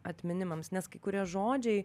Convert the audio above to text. atminimams nes kai kurie žodžiai